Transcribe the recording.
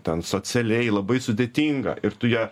ten socialiai labai sudėtinga ir tu ją